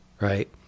Right